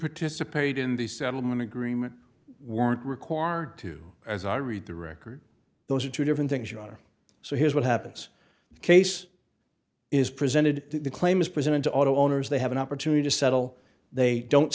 participate in the settlement agreement weren't required to as i read the record those are two different things you are so here's what happens the case is presented the claim is presented to auto owners they have an opportunity to settle they don't